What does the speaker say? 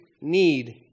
need